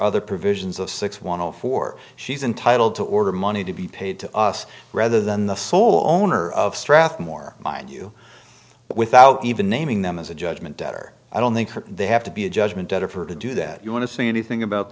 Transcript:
other provisions of six one hundred four she's entitled to order money to be paid to us rather than the sole owner of strathmore mind you without even naming them as a judgment debtor i don't think they have to be a judgment debtor for to do that you want to see anything about